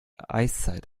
eiszeit